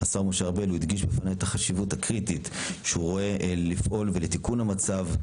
שהדגיש בפניי את החשיבות הקריטית שהוא רואה בפעולה ובתיקון המצב,